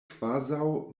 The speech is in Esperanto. kvazaŭ